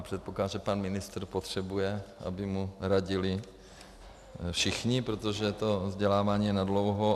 Předpokládám, že pan ministr potřebuje, aby mu radili všichni, protože vzdělávání je na dlouho.